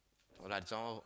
no lah this one all